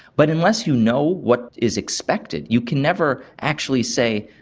but unless you know what is expected you can never actually say,